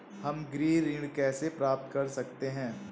हम गृह ऋण कैसे प्राप्त कर सकते हैं?